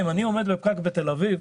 אם אני עומד בפקק בתל אביב,